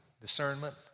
discernment